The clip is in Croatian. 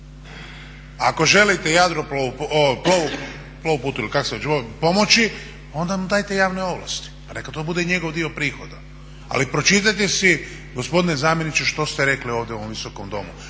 ili kak se već zove, pomoći onda mu dajte javne ovlasti pa neka to bude i njegov dio prihoda, ali pročitajte si gospodine zamjeniče što ste rekli ovdje u ovom visokom domu.